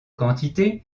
quantité